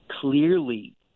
clearly